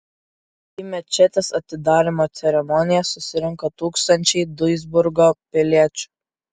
į mečetės atidarymo ceremoniją susirinko tūkstančiai duisburgo piliečių